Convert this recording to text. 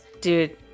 dude